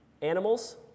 animals